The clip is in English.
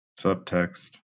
Subtext